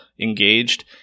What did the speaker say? engaged